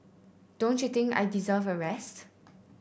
don't you think I deserve a rest